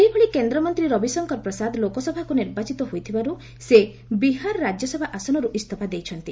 ସେହିଭଳି କେନ୍ଦ୍ରମନ୍ତ୍ରୀ ରବିଶଙ୍କର ପ୍ରସାଦ ଲୋକସଭାକୁ ନିର୍ବାଚିତ ହୋଇଥିବାରୁ ସେ ବିହାର ରାଜ୍ୟସଭା ଆସନରୁ ଇସ୍ତଫା ଦେଇଛନ୍ତି